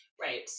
right